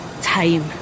time